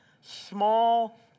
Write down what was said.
small